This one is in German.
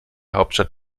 hauptstadt